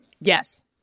Yes